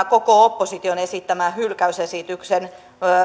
koko opposition esittämän hylkäysesityksen